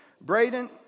Braden